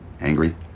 Angry